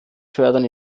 fördern